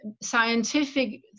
scientific